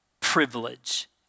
privilege